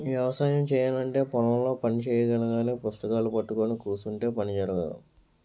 వ్యవసాయము చేయాలంటే పొలం లో పని చెయ్యాలగాని పుస్తకాలూ పట్టుకొని కుసుంటే పని జరగదు